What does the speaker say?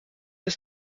bis